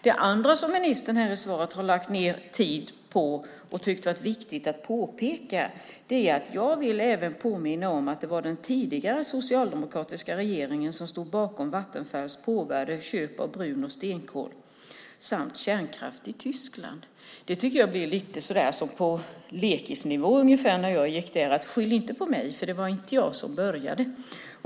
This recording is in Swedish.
Det andra som ministern har lagt ned tid på i svaret och tyckt varit viktigt att påpeka och påminna om är att det var den tidigare socialdemokratiska regeringen som stod bakom Vattenfalls påbörjade köp av brun och stenkol samt kärnkraft i Tyskland. Det tycker jag blir lite som det var på lekis när jag gick där: Skyll inte på mig! Det var inte jag som började!